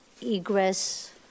egress